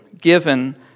given